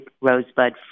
Rosebud